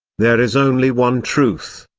there is only one truth,